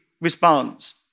responds